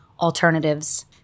alternatives